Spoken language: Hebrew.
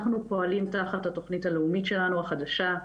אנחנו פועלים תחת התכנית הלאומית שלנו, החדשה,